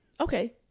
okay